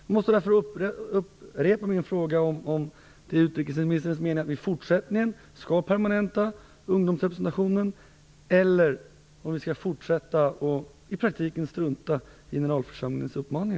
Jag måste därför upprepa min fråga om det är utrikesministerns mening att vi i fortsättningen skall permanenta ungdomsrepresentationen eller om vi skall fortsätta att i praktiken strunta i generalförsamlingens uppmaning.